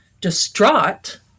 distraught